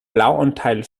blauanteil